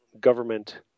government